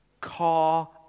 car